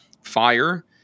fire